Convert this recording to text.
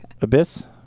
Abyss